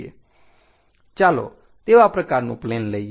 ચાલો તેવા પ્રકારનું પ્લેન લઈએ